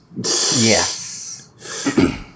Yes